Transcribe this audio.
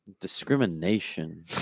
Discrimination